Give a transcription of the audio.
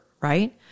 Right